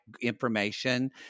information